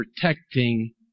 protecting